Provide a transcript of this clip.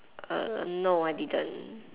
no I didn't